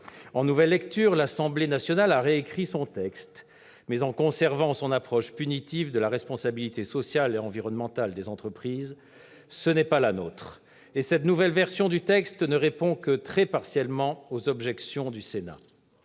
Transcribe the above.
En nouvelle lecture, l'Assemblée nationale a réécrit son texte, mais en conservant son approche punitive de la responsabilité sociale et environnementale des entreprises. Ce n'est pas la nôtre. Et cette nouvelle version du texte ne répond que très partiellement aux objections du Sénat